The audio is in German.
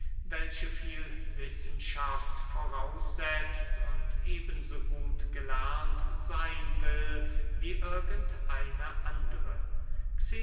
welche viel wissenschaft voraussetzt und eben so gut gelernt seyn will wie irgend eine andere